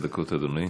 עשר דקות, אדוני.